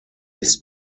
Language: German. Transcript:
ist